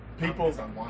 people